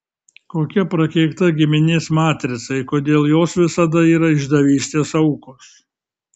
kokia prakeikta giminės matrica ir kodėl jos visada yra išdavystės aukos